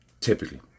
typically